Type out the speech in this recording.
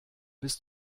bist